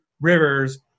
Rivers